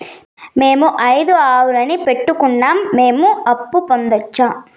మేము ఐదు ఆవులని పెట్టుకున్నాం, మేము అప్పు పొందొచ్చా